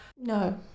No